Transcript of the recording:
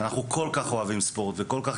אנחנו כול כך אוהבים ספורט ואנחנו כול כך